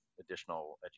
additional